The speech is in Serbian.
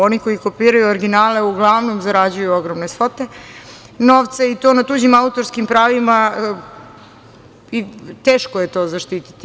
Oni koji kopiraju originale uglavnom zarađuju ogromne svote novca i to na tuđi autorskim pravima i teško je to zaštititi.